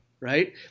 Right